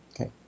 Okay